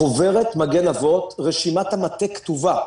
בחוברת "מגן אבות" רשימת המטה כתובה.